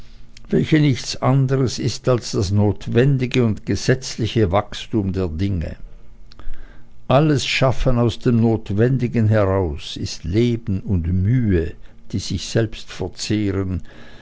welche nichts anderes ist als das notwendige und gesetzliche wachstum der dinge alles schaffen aus dem notwendigen heraus ist leben und mühe die sich selbst verzehren